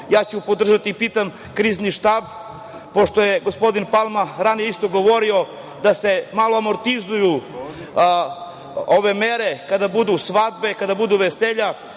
ja ću podržati i pitam Krizni štab, pošto je gospodin Palma isto govorio da se malo amortizuju ove mere kada budu svadbe, kada budu veselja,